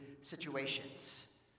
situations